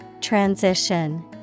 Transition